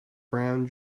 brown